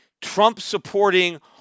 Trump-supporting